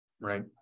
Right